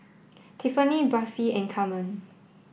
Tiffanie Buffy and Carmen